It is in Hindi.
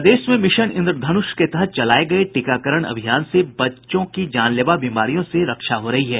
प्रदेश में मिशन इंद्रधनुष के तहत चलाये गये टीकाकरण अभियान से बच्चों की जानलेवा बीमारियों से रक्षा हो रही है